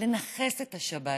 לנכס את השבת